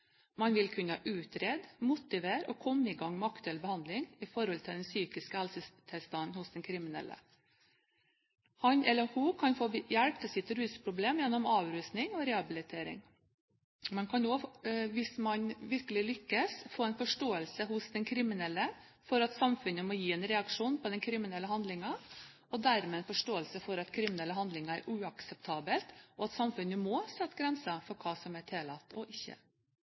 Man vil kunne utrede, motivere og komme i gang med aktuell behandling i forhold til den psykiske helsetilstanden hos den kriminelle. Han eller hun kan få hjelp til sitt rusproblem gjennom avrusing og rehabilitering. Hvis man virkelig lykkes, kan man få forståelse hos den kriminelle for at samfunnet må gi en reaksjon på den kriminelle handlingen, og dermed få forståelse for at kriminelle handlinger er uakseptabelt, og at samfunnet må sette grenser for hva som er tillatt og ikke